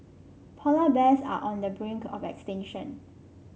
polar bears are on the brink of extinction